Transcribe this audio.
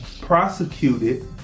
prosecuted